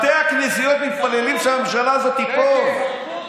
בתי הכנסיות מתפללים שהממשלה הזאת תיפול.